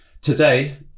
Today